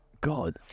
God